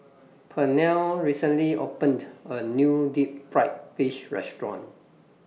Pernell recently opened A New Deep Fried Fish Restaurant